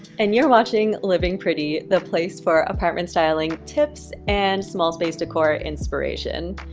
and you're watching living pretty, the place for apartment styling tips and small space decor inspiration.